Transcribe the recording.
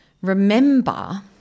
Remember